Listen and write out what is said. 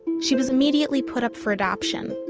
she was immediately put up for adoption,